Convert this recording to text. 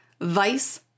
vice